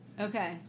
Okay